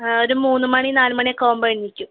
ഒരു മൂന്ന് മണി നാല് മണിയൊക്കെ ആകുമ്പോൾ എണീക്കും